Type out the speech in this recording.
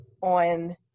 on